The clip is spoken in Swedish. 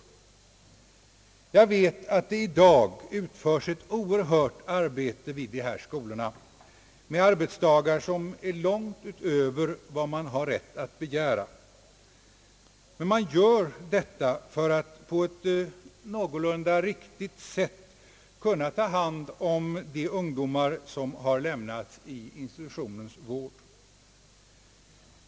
Jag vet att man gör en väldig insats vid dessa skolor, med arbetsdagar långt utöver vad någon har rätt att begära; men man gör insatsen för att på ett någorlunda riktigt sätt kunna ta hand om de ungdomar som lämnats i institutionens vård.